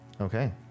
Okay